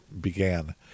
began